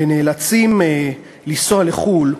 ונאלצים לנסוע לחו"ל,